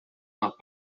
nach